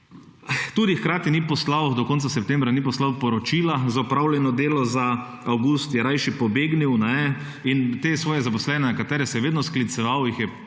tudi hkrati ni poslal do konca septembra ni poslal poročila za opravljeno delo za avgust, je rajši pobegnil in te svoje zaposlene na katere se je vedno skliceval